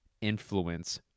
influence